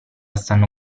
stanno